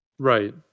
Right